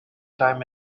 time